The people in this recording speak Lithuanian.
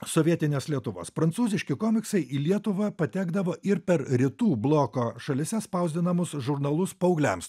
sovietinės lietuvos prancūziški komiksai į lietuvą patekdavo ir per rytų bloko šalyse spausdinamus žurnalus paaugliams